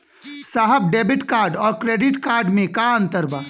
साहब debit card और credit card में का अंतर बा?